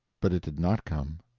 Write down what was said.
but it did not come.